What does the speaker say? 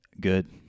good